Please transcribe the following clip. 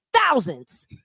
thousands